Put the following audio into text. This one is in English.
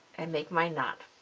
and make my not